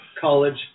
college